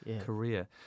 career